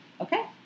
okay